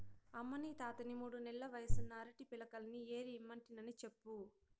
అమ్మనీ తాతని మూడు నెల్ల వయసున్న అరటి పిలకల్ని ఏరి ఇమ్మంటినని చెప్పు